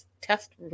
test